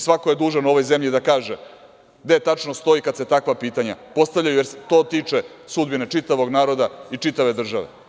Svako je dužan u ovoj zemlji da kaže gde tačno stoji kada se takva postavljaju, jer se to tiče sudbine čitavog naroda i čitave države.